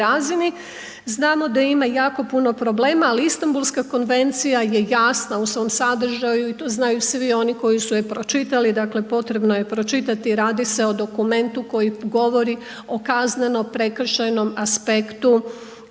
Znamo da ima jako puni problema ali Istanbulska konvencija je jasna u svom sadržaju i to znaju svi oni koji su je pročitali, dakle potrebno pročitati, radi se o dokumentu koji govori o kazneno-prekršajnom aspektu